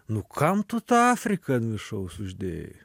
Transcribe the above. nu kam tu tą afriką ant viršaus uždėjai